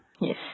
Yes